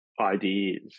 ideas